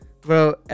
Bro